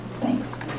Thanks